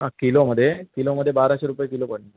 हां किलोमध्ये किलोमध्ये बाराशे रुपये किलो पडत